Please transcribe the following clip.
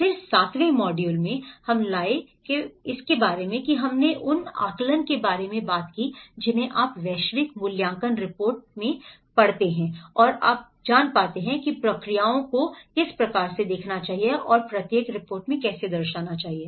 फिर सातवें मॉड्यूल में हम लाए के बारे में हमने उन आकलन के बारे में बात की जिन्हें आप वैश्विक मूल्यांकन रिपोर्ट जानते हैं और आप जानते हैं प्रक्रियाओं को क्या देखना है प्रत्येक रिपोर्ट में है